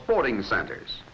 sporting centers